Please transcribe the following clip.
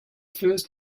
first